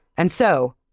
and so,